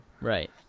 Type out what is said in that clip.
Right